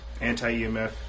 anti-EMF